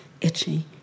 itchy